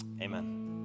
Amen